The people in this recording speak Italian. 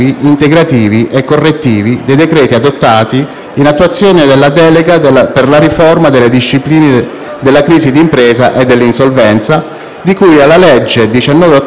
in attuazione della delega per la riforma delle discipline della crisi di impresa e dell'insolvenza, di cui alla legge 19 ottobre 2017, n. 155***